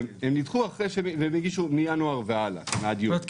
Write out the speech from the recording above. זאת אומרת,